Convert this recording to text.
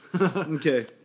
Okay